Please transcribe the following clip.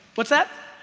what's that?